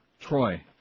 Troy